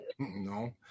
No